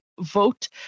vote